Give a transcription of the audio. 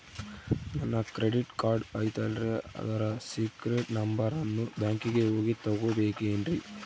ನನ್ನ credit card ಐತಲ್ರೇ ಅದರ ಸೇಕ್ರೇಟ್ ನಂಬರನ್ನು ಬ್ಯಾಂಕಿಗೆ ಹೋಗಿ ತಗೋಬೇಕಿನ್ರಿ?